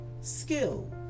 skill